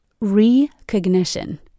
recognition